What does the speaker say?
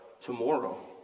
tomorrow